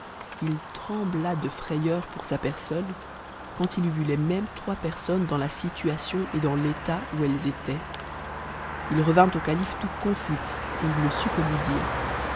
il trembla de frayeur pour sa personne quand il eut vu les mêmes trois personnes dans la situation et dans l'état où elles étaient il revint au calife tout confus et it ne sut que lui dire